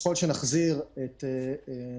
ככל שנחזיר את אילת,